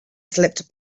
slipped